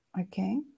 Okay